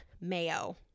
Mayo